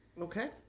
Okay